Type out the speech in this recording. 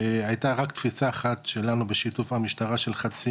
הייתה רק תפיסה אחת שלנו בשיתוף המשטרה של חצי